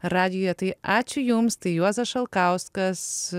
radijuje tai ačiū jums tai juozas šalkauskas